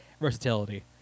versatility